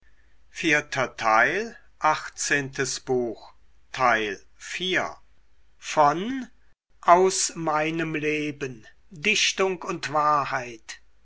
goethe aus meinem leben dichtung und wahrheit